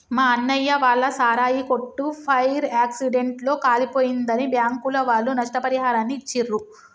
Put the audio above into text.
మా అన్నయ్య వాళ్ళ సారాయి కొట్టు ఫైర్ యాక్సిడెంట్ లో కాలిపోయిందని బ్యాంకుల వాళ్ళు నష్టపరిహారాన్ని ఇచ్చిర్రు